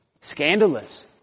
Scandalous